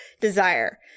desire